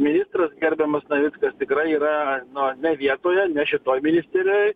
ministras gerbiamas navickas tikrai yra nu ne vietoje ne šitoj ministerijoj